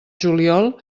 juliol